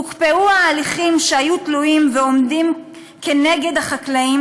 הוקפאו ההליכים שהיו תלויים ועומדים נגד החקלאים